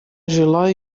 желаю